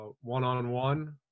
one-on-one